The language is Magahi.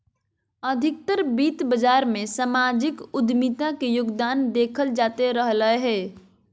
अधिकतर वित्त बाजार मे सामाजिक उद्यमिता के योगदान देखल जाते रहलय हें